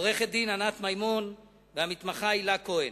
עורכת-דין ענת מימון והמתמחה הילה כהן,